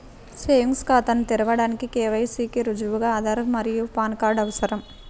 savings ఖాతాను తెరవడానికి KYC కి రుజువుగా ఆధార్ మరియు పాన్ కార్డ్ అవసరం